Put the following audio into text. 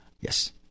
Yes